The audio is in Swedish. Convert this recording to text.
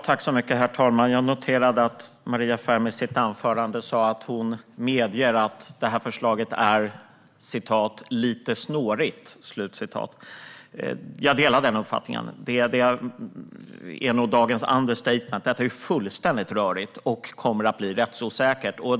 Herr talman! Jag noterade att Maria Ferm i sitt anförande sa att hon medger att det här förslaget är "lite snårigt". Jag delar den uppfattningen. Det är nog dagens understatement. Detta är fullständigt rörigt och kommer att bli rättsosäkert.